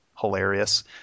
hilarious